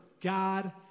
God